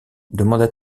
demanda